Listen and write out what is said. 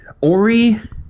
Ori